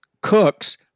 Cooks